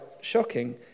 shocking